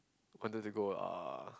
on does it go ah